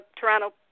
Toronto